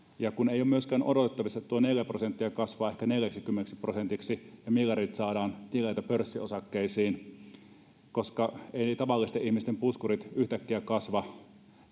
ei ole myöskään odotettavissa että tuo neljä prosenttia kasvaa ehkä neljäksikymmeneksi prosentiksi ja miljardit saadaan tileiltä pörssiosakkeisiin koska eivät tavallisten ihmisten puskurit yhtäkkiä kasva